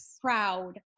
proud